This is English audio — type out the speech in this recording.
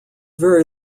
very